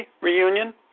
reunion